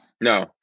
No